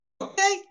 Okay